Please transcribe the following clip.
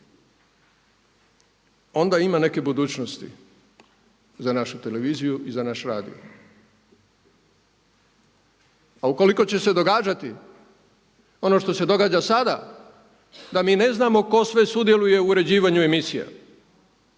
onda ima neke budućnosti za našu televiziju i za naš radio a u koliko će se događati ono što se događa sada da mi ne znamo tko sve sudjeluje u uređivanju emisija,